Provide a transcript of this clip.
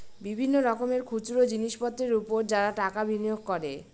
বিভিন্ন রকমের খুচরো জিনিসপত্রের উপর যারা টাকা বিনিয়োগ করে